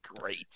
great